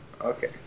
Okay